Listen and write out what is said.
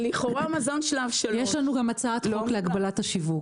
לכאורה מזון שלב 3. יש לנו גם הצעת חוק להגבלת השיווק,